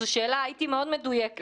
הייתי מאוד מדויקת.